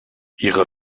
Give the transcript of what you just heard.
ihre